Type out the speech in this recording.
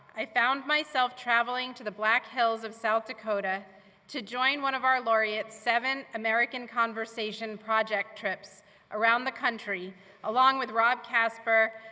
i found myself traveling to the black hills of south dakota to join one of our laureates seven american conversation project trips around the country along with rob casper,